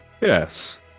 Yes